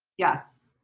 yes.